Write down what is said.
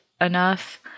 enough